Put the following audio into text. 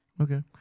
Okay